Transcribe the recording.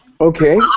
Okay